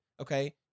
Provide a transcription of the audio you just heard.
Okay